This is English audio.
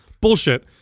Bullshit